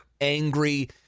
angry